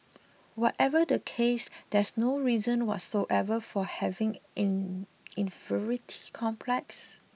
whatever the case there's no reason whatsoever for having an inferiority complex